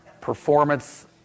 Performance